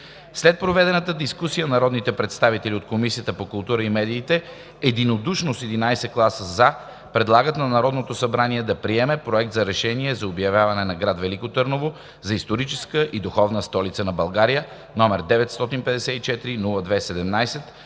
След проведената дискусия народните представители от Комисията по културата и медиите единодушно, с 11 гласа „за“, предлагат на Народното събрание да приеме Проект на решение за обявяване на град Велико Търново за „Историческа и духовна столица на България“, № 954-02-17,